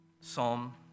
Psalm